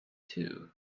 too